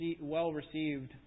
well-received